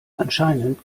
anscheinend